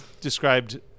described